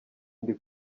ndi